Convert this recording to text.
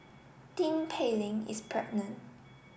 Tin Pei Ling is pregnant